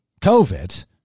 COVID